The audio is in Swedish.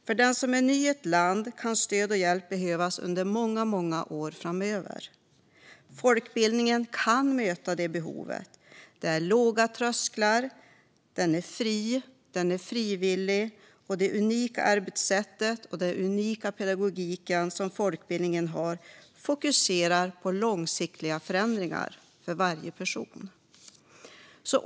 För den som är ny i ett land kan stöd och hjälp behövas under många år framöver. Folkbildningen kan möta det behovet. Den har låga trösklar, den är fri och frivillig och dess unika arbetssätt och pedagogik fokuserar på långsiktiga förändringar för varje person.